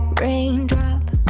raindrop